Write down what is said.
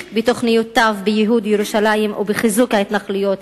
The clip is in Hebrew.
בתוכניותיו לייהוד ירושלים ולחיזוק ההתנחלויות,